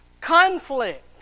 Conflict